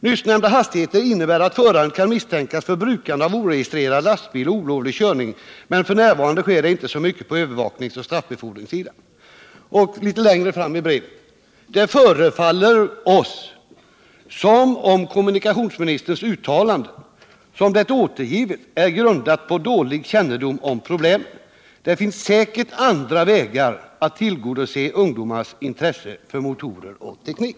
Nyssnämnda hastigheter innebär att föraren kan misstänkas för brukande av oregistrerad lastbil och olovlig körning, men f. n. sker det inte så mycket på övervakningsoch straffbefordringssidan.” Längre fram i brevet framhålls det att det förefaller ”Som om kommunikationsministerns uttalande, som det återgivits, är grundat på dålig kännedom om problemen. Det finns säkert andra vägar att tillgodose ungdomars intresse för motorer och teknik.”